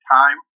time